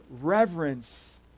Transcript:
reverence